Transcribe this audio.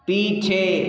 पीछे